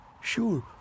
sure